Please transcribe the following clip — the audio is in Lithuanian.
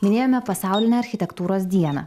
minėjome pasaulinę architektūros dieną